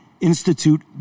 Institute